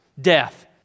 death